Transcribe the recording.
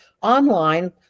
online